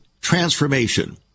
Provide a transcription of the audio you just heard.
transformation